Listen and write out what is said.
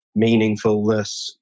meaningfulness